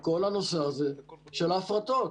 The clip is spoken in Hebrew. כל הנושא הזה של ההפרטות.